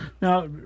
Now